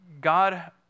God